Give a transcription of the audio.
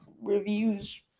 reviews